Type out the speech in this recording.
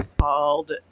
called